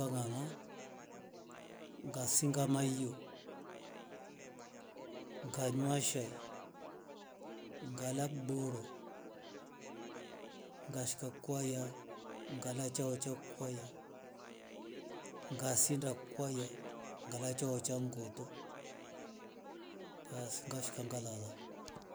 Avana ngasinga maiyo, ngarmwashe, ngalkdoro, ngashika kwaya ngala chawa cha kwaya ngasinda kwaya ngala chawa cha ngoto basi ngafika ngalala